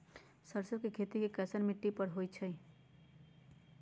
सरसों के खेती कैसन मिट्टी पर होई छाई?